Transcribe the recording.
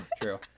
true